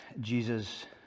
Jesus